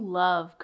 love